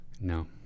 No